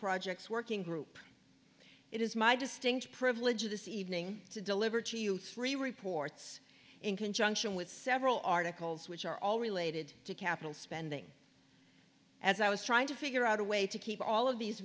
projects working group it is my distinct privilege this evening to deliver to you three reports in conjunction with several articles which are all related to capital spending as i was trying to figure out a way to keep all of these